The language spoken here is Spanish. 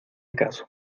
caso